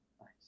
Nice